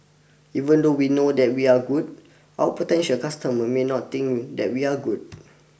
even though we know that we are good our potential customer may not think that we are good